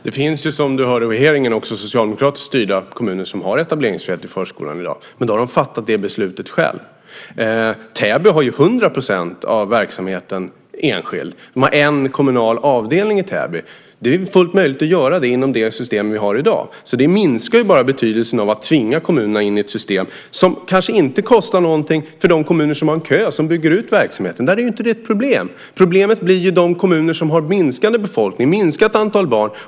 Fru talman! Det finns ju, som vi hörde vid hearingen, också socialdemokratiskt styrda kommuner som har etableringsfrihet i förskolan i dag, men då har de fattat det beslutet själva. Täby har ju 100 % av verksamheten enskild. Man har en kommunal avdelning i Täby. Det är fullt möjligt att göra det inom det system vi har i dag. Det minskar alltså bara betydelsen av att tvinga in kommunerna i ett system som kanske inte kostar någonting för de kommuner som har en kö och som bygger ut verksamheten. Där är det inte ett problem. Problemet kommer i de kommuner som har en minskande befolkning och minskat antal barn.